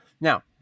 now